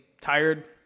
tired